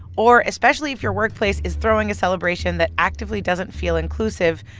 or especially if your workplace is throwing a celebration that actively doesn't feel inclusive,